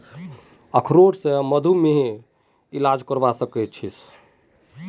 अखरोट स मधुमेहर इलाज करवा सख छी